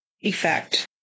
effect